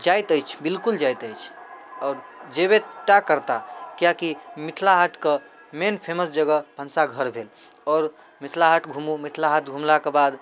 जाइत अछि बिलकुल जाइत अछि आओर जेबेटा करताह किएकि मिथिला हाटके मेन फेमस जगह भनसाघर भेल आओर मिथिला हाट घुमू मिथिला हाट घुमलाके बाद